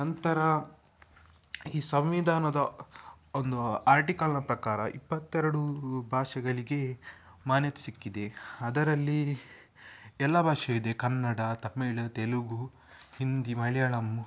ನಂತರ ಈ ಸಂವಿಧಾನದ ಒಂದು ಆರ್ಟಿಕಲ್ನ ಪ್ರಕಾರ ಇಪ್ಪತ್ತೆರಡು ಭಾಷೆಗಳಿಗೆ ಮಾನ್ಯತೆ ಸಿಕ್ಕಿದೆ ಅದರಲ್ಲಿ ಎಲ್ಲ ಭಾಷೆಯೂ ಇದೆ ಕನ್ನಡ ತಮಿಳ್ ತೆಲುಗು ಹಿಂದಿ ಮಲಯಾಳಮ್ಮು